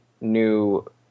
new